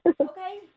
Okay